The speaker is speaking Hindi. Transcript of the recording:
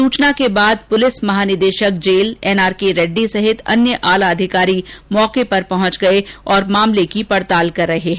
सूचना के बाद पुलिस महानिदेशक जेल एनआरके रेड्डी सहित अन्य आला अधिकारी मौके पर पहुंच कर मामले की पडताल कर रहे हैं